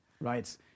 Right